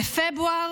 בפברואר,